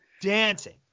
dancing